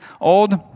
old